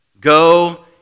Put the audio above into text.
go